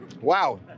Wow